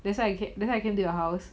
that's why that's why I came to your house